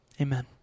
amen